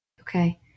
Okay